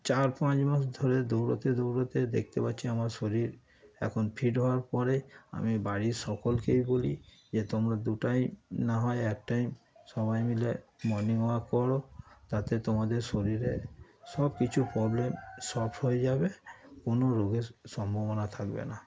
চার পাঁচ মাস ধরে দৌড়োতে দৌড়োতে দেখতে পাচ্ছি আমার শরীর এখন ফিট হওয়ার পরে আমি বাড়ির সকলকেই বলি যে তোমরা দু টাইম না হয় এক টাইম সবাই মিলে মর্নিং ওয়াক করো তাতে তোমাদের শরীরের সব কিছু প্রবলেম সল্ভ হয়ে যাবে কোনো রোগের সম্ভাবনা থাকবে না